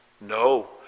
No